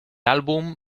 álbum